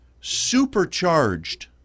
supercharged